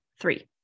three